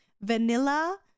vanilla